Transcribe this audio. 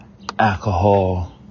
alcohol